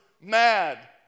mad